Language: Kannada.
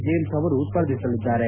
ಜೇಮ್ಲ್ ಅವರು ಸ್ಪರ್ಧಿಸಲಿದ್ದಾರೆ